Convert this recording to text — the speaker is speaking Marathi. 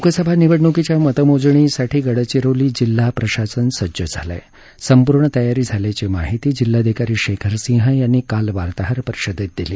लोकसभा निवडणुकीच्या मतमोजणीसाठी गडचिरोली जिल्हा प्रशासन सज्ज झाले असून संपूर्ण तयारी झाल्याची माहिती जिल्हाधिकारी शेखर सिंह यांनी काल वार्ताहर परिषदेत दिली